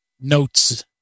Notes